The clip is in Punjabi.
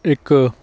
ਇੱਕ